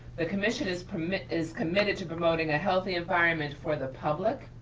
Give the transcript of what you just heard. the commission is committed is committed to promoting a healthy environment for the public,